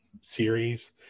series